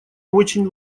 очень